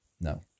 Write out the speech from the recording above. No